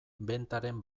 bentaren